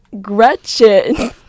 Gretchen